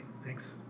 Thanks